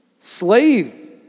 slave